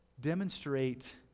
demonstrate